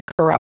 corrupt